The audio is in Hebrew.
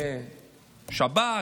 לשב"כ,